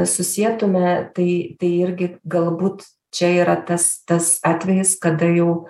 susietume tai tai irgi galbūt čia yra tas tas atvejis kada jau